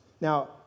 Now